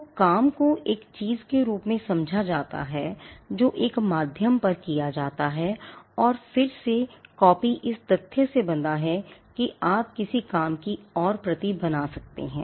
तो काम को एक चीज के रूप में समझा जाता है जो एक माध्यम पर किया जाता है और फिर से कॉपी इस तथ्य से बंधा है कि आप किसी काम की और प्रति बना सकते हैं